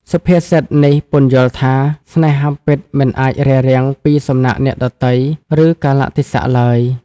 សុភាសិតនេះពន្យល់ថា ស្នេហាពិតមិនអាចរារាំងពីសំណាក់អ្នកដទៃ ឬកាលៈទេសៈឡើយ។